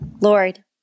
Lord